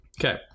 Okay